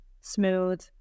smooth